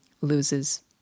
loses